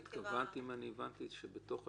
התכוונת, אם הבנתי, שתוך השבועיים,